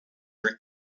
for